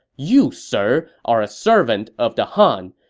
you, sir, are a servant of the han.